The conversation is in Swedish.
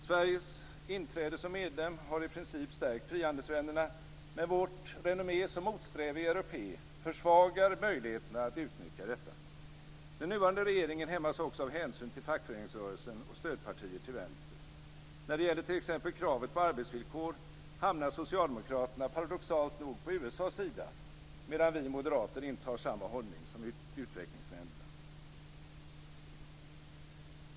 Sveriges inträde som medlem har i princip stärkt frihandelsvännerna men vårt renommé som motsträviga européer försvagar möjligheterna att utnyttja detta. Den nuvarande regeringen hämmas också av hänsyn till fackföreningsrörelsen och stödpartier till vänster. När det gäller t.ex. kravet på arbetsvillkor hamnar Socialdemokraterna paradoxalt nog på USA:s sida, medan vi moderater intar samma hållning som utvecklingsländerna.